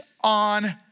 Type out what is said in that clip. on